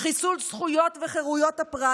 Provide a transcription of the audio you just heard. חיסול זכויות וחירויות הפרט,